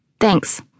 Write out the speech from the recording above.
Thanks